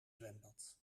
zwembad